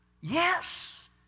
Yes